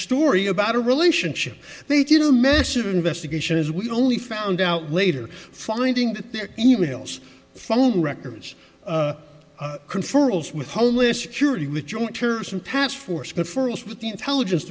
story about a relationship they did a massive investigation as we only found out later finding their e mails phone records confer with homeless security with joint terrorism task force before us with the intelligence